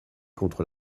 contre